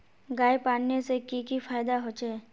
गाय पालने से की की फायदा होचे?